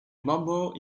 mumble